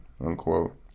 unquote